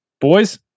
Boys